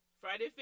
Friday